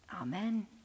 Amen